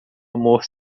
amor